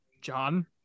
John